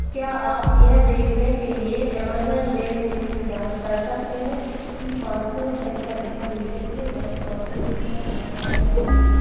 क्या आप यह देखने के लिए अमेज़न लेन देन की जाँच कर सकते हैं कि पाँच सौ रुपये का रिफ़ंड पिछले वर्ष प्रोसेस किया गया है या नहीं